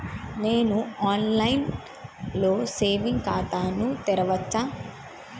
నేను online లో saving ఖాతా ను తెరవచ్చా?